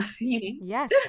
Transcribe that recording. yes